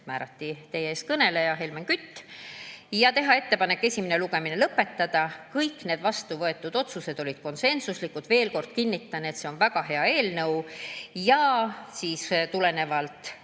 määrati teie ees kõnelev Helmen Kütt. Tehti ettepanek esimene lugemine lõpetada. Kõik need vastuvõetud otsused olid konsensuslikud. Veel kord kinnitan, et see on väga hea eelnõu. Tulenevalt